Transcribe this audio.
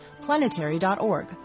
planetary.org